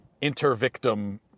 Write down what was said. inter-victim